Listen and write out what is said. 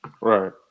right